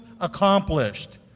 accomplished